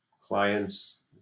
clients